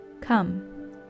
Come